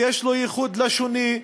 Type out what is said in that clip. ויש לו ייחוד לשוני,